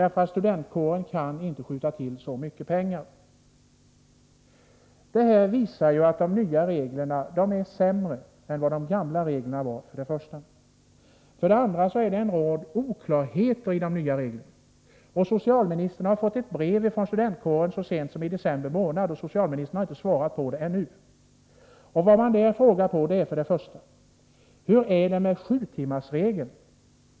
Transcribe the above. Studentkåren kan inte skjuta till så mycket pengar. 93 Detta visar att de nya reglerna är sämre än de gamla. Det är dessutom en rad oklarheter i de nya reglerna. Socialministern fick i december månad ett brev från studentkåren om detta. Socialministern har ännu inte svarat på det. Kåren frågar om följande: Hur är det med sjutimmarsregeln?